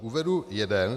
Uvedu jeden.